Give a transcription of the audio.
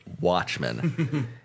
Watchmen